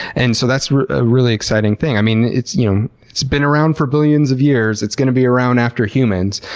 and so that's a really exciting thing. i mean, it's you know it's been around for billions of years, it's going to be around after humans,